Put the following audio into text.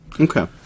okay